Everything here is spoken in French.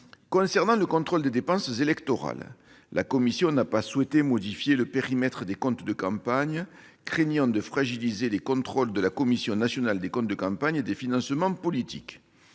viens au contrôle des dépenses électorales. La commission n'a pas souhaité modifier le périmètre des comptes de campagne, craignant de fragiliser les contrôles de la Commission nationale des comptes de campagne et des financements politiques,